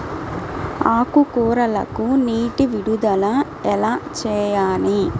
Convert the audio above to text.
ఆకుకూరలకు నీటి విడుదల ఎలా చేయాలి?